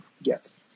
Yes